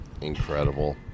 Incredible